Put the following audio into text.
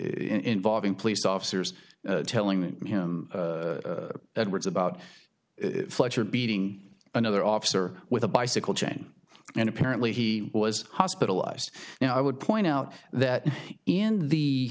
involving police officers telling him edwards about fletcher beating another officer with a bicycle chain and apparently he was hospitalized now i would point out that in